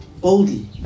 Boldly